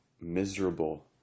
miserable